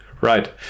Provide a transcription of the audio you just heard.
right